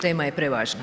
Tema je prevažna.